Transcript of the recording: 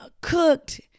cooked